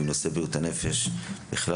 ועם נושא בריאות הנפש בכלל,